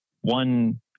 one